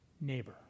neighbor